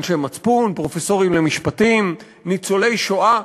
אנשי מצפון, פרופסורים למשפטים, ניצולי שואה.